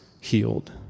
healed